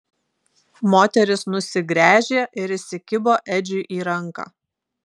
moteris nusigręžė ir įsikibo edžiui į ranką